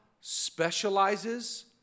specializes